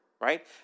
right